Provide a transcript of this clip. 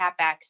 CapEx